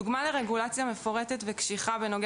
דוגמה לרגולציה מפורטת וקשיחה בנוגע